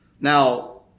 Now